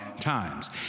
times